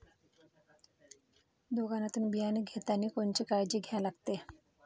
दुकानातून बियानं घेतानी कोनची काळजी घ्या लागते?